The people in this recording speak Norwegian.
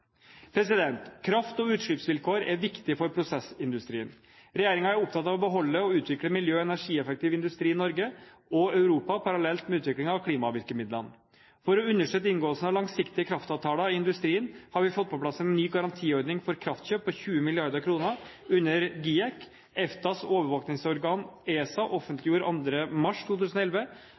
Kraft- og utslippsvilkår er viktige for prosessindustrien. Regjeringen er opptatt av å beholde og utvikle miljø- og energieffektiv industri i Norge og Europa parallelt med utviklingen av klimavirkemidlene. For å understøtte inngåelse av langsiktige kraftavtaler i industrien har vi fått på plass en ny garantiordning for kraftkjøp på 20 mrd. kr under GIEK. EFTAs overvåkingsorgan, ESA, offentliggjorde 2. mars 2011